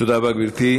תודה רבה, גברתי.